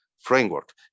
framework